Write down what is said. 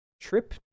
trip